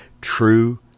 true